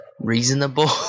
Reasonable